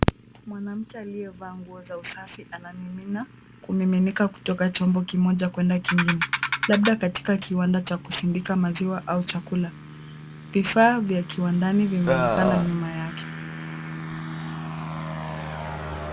Mwanamke mmoja aliyevaa nguo za usafi anamimina kumiminika kutoka chombo kimoja kwenda kingine , labda katika kiwanda Cha kusindika maziwa au chakula , vifaa vya kiwandani vimeonekana nyuma yake .